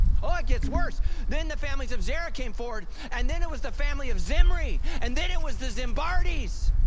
oh it gets worse then the families of zerah came forward and then it was the family of zimri and then it was the zimbardies.